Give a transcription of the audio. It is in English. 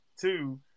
Two